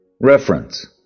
Reference